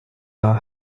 are